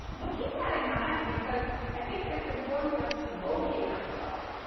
and so, keep that in mind because i think that it's important for us to locate ourselves.